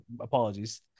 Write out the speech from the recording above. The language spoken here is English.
apologies